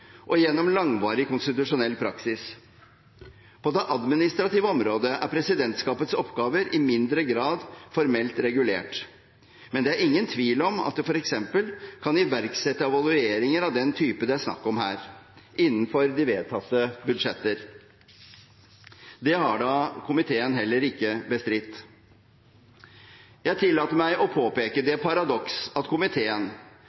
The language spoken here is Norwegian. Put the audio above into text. og gjennom langvarig konstitusjonell praksis. På det administrative området er presidentskapets oppgaver i mindre grad formelt regulert, men det er ingen tvil om at det f.eks. kan iverksette evalueringer av den typen det er snakk om her, innenfor de vedtatte budsjettene. Det har da komiteen heller ikke bestridt. Jeg tillater meg å påpeke det